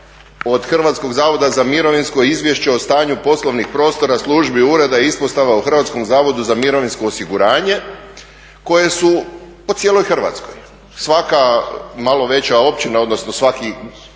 Hrvatskog zavoda za mirovinsko izvješće o stanju poslovnih prostora službi ureda i ispostava u Hrvatskom zavodu za mirovinsko osiguranje koje su po cijeloj Hrvatskoj. Svaka malo veća općina, odnosno svaki